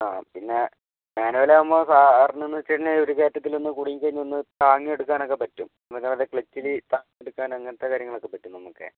ആ പിന്നെ മാനുവലാകുമ്പം സാറിനെന്ന് വെച്ച് കഴിഞ്ഞാൽ ഒരു കയറ്റത്തിലൊന്ന് കുടുങ്ങി കഴിഞ്ഞെന്നാൽ താങ്ങിയെടുക്കാനൊക്കെ പറ്റും നല്ലത് പോലെ ക്ലച്ചിൽ താങ്ങിയെടുക്കാൻ അങ്ങനെത്തെ കാര്യങ്ങളൊക്കെ പറ്റും നമുക്കെ